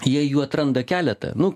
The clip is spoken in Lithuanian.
jei jų atranda keletą nu